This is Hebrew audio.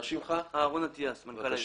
מנכ"ל העירייה.